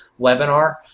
webinar